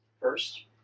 First